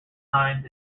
times